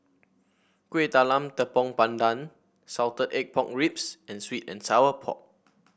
Kuih Talam Tepong Pandan Salted Egg Pork Ribs and sweet and Sour Pork